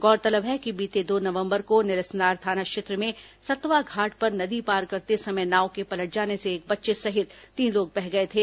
गौरतलब है कि बीते दो नवंबर को नेलेसनार थाना क्षेत्र में सतवा घाट पर नदी पार करते समय नाव के पलट जाने से एक बच्चे सहित तीन लोग बह गए थे